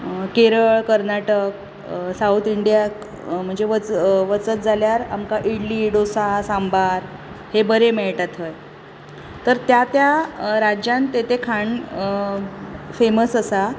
Kerala Karnataka south इंडियाक म्हणजे वचत जाल्यार आमकां इडली डोसा सांबार हे बरे मेळटा थंय तर त्या त्या राज्यांत ते ते खाण फेमस आसा